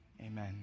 Amen